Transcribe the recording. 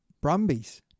Brumbies